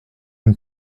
une